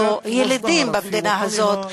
אנחנו ילידים במדינה הזאת,